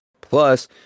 plus